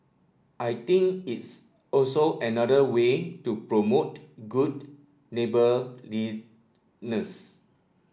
I think it's also another way to promote good neighbourliness